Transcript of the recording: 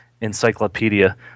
encyclopedia